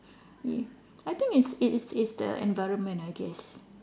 I think it's it is it is the environment ah I guess